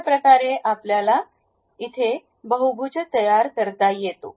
अशाप्रकारे आपल्याला बहुभुज तयार करता येतो